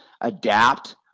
adapt